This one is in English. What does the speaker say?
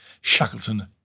Shackleton